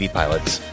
pilots